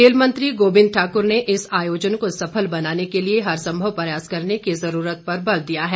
खेल मंत्री गोविंद ठाकुर ने इस आयोजन को सफल बनाने के लिए हरसंभव प्रयास करने की जरूरत पर बल दिया है